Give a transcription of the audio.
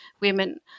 women